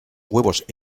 huevos